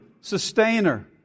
Sustainer